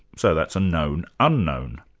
so that's a known unknown.